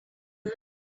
girl